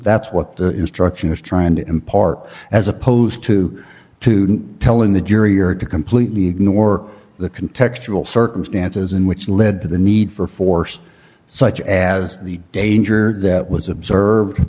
that's what the instruction is trying to impart as opposed to to telling the jury or to completely ignore the can textual circumstances in which led to the need for force such as the danger that was observed